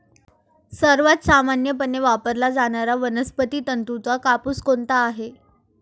सर्वात सामान्यपणे वापरला जाणारा वनस्पती तंतूचा कापूस कोणता आहे?